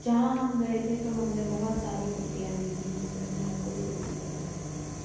जहां हम गए थे तो हमने बहुत सारी कुर्तियाँ देखी जिसमें से हमें कोई कुर्ती पसंद नहीं आई